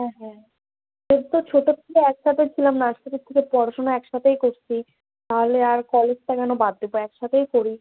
হ্যাঁ হ্যাঁ ওই তো ছোট থেকে একসাথে ছিলাম নার্সারির থিকে পড়াশোনা একসাথেই করছি তাহলে আর কলেজটা কেন বাদ দেবো একসাথেই করি